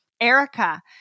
Erica